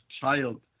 child